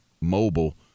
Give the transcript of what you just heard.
mobile